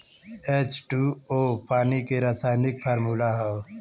H two O पानी के रासायनिक फार्मूला हौ